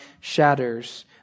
shatters